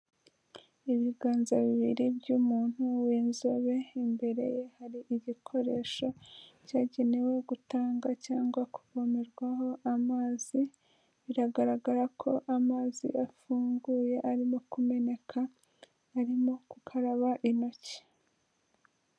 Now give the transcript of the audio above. Ibiganza bibiri by'umuntu w'inzobe, imbere ye hari igikoresho cyagenewe gutanga cyangwa kuvomerwaho amazi, biragaragara ko amazi afunguye arimo kumeneka, arimo gukaraba intoki.